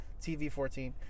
TV-14